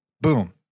Boom